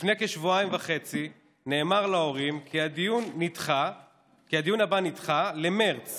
לפני כשבועיים וחצי נאמר להורים כי הדיון הבא נדחה למרץ